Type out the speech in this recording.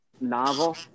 novel